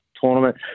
tournament